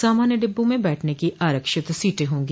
सामान्य डिब्बों में बैठने की आरक्षित सीटें होंगी